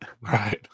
right